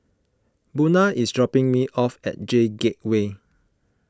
Buna is dropping me off at J Gateway